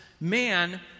man